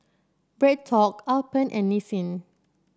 BreadTalk Alpen and Nissin